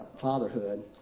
fatherhood